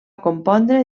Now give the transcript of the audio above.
compondre